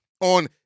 on